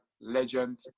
Legend